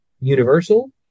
universal